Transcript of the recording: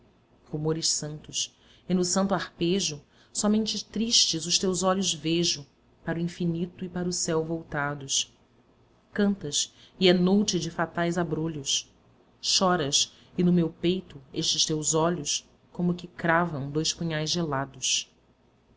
rumores santos e no santo arpejo somente tristes os teus olhos veho para o infinito e para o céu voltados cantas e é noute de fatais abrolhos choras e no meu peito estes teus olhos como que cravam dois punhais gelados